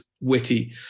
witty